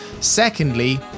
Secondly